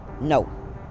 No